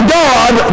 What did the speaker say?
god